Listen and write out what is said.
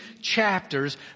chapters